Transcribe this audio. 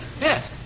Yes